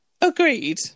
agreed